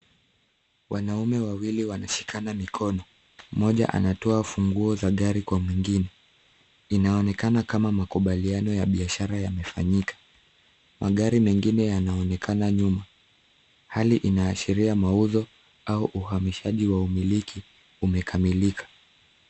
Wanaume wawili wanashikana mikono, mmoja anatoa funguo za gari kwa mwingine. Inaonekana kama makubaliano ya biashara yamefanyika, magari mengine yanaonekana nyuma, hali inaashiria mauzo au uhamishaji wa umiliki umekamilika.